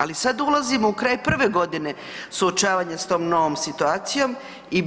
Ali sad ulazimo u kraj prve godine suočavanja s tom novom situacijom i